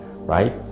right